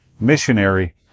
missionary